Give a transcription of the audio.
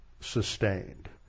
sustained